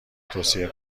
توصیه